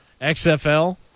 xfl